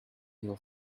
your